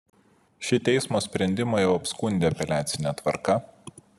šį teismo sprendimą jau apskundė apeliacine tvarka